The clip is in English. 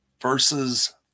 Versus